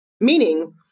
Meaning